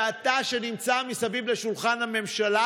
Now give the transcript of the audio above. ואתה, שנמצא מסביב לשולחן הממשלה,